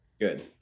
Good